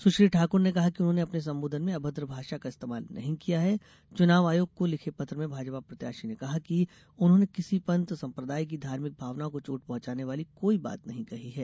सुश्री ठाकुर ने कहा है कि उन्होंने अपने संबोधन में अभद्र भाषा का इस्तेमाल नहीं किया है चुनाव आयोग को लिखे पत्र में भाजपा प्रत्याशी ने कहा है कि उन्होंने किसी पंथ संप्रदाय की धार्मिक भावनाओं को चोट पहुंचाने वाली कोई बात नहीं कही है